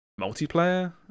multiplayer